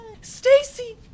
Stacy